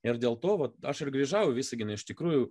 ir dėl to vat aš ir grįžau į visaginą iš tikrųjų